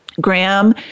Graham